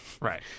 Right